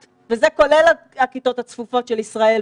כי אני כן חושב שצריך לבוא פה בטענות למשרד הבריאות,